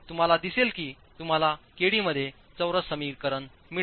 तुम्हाला दिसेल की तुम्हालाkdमध्येचौरससमीकरण मिळेल